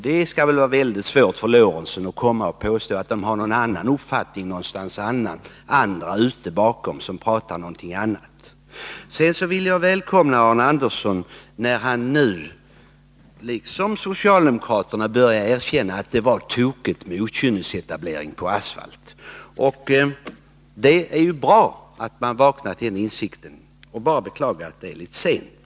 Det torde vara svårt för herr Lorentzon att påstå att den har någon annan uppfattning någonstans i bakgrunden. Sedan vill jag välkomna Arne Andersson i Ljung när han nu — liksom socialdemokraterna — börjar erkänna att det var tokigt med okynnesetableringar på asfalt. Det är bra att man vaknar till insikt. Det är bara att beklaga att det är litet sent.